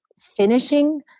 finishing